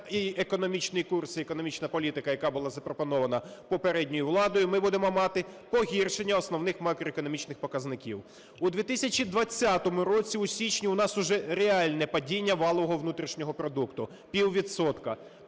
і економічний курс і економічна політика, яка була запропонована попередньою владою, ми будемо мати погіршення основних макроекономічних показників. У 2020 році в січні у нас уже реальне падіння валового внутрішнього продукту піввідсотка.